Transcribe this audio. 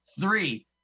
three